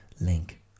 link